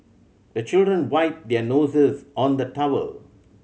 the children wipe their noses on the towel